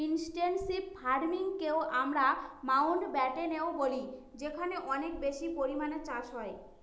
intensive ফার্মিংকে আমরা মাউন্টব্যাটেনও বলি যেখানে অনেক বেশি পরিমানে চাষ হয়